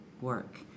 work